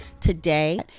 today